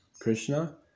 Krishna